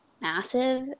massive